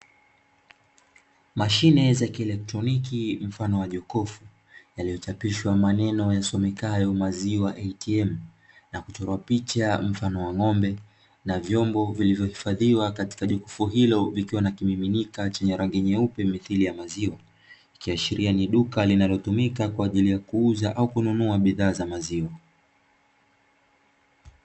Mashine za kieletroniki mfano wa jokofu yaliyochapishwa maneno yasomekayo maziwa "ATM"na kuchorwa picha mfano wa ng'ombe, na vyombo vilivyohifadhiwa katika jokofu hilo vikiwa na kimiminika chenye rangi nyeupe mithili ya maziwa, likiashiria ni duka linalotumika kwa ajili ya kuuza au kununua bidhaa za maziwa.